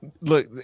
Look